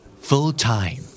Full-time